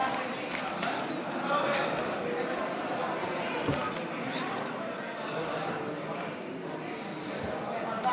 ההצעה להפוך את הצעת חוק הנצחת זכרם של קורבנות הטבח בכפר קאסם,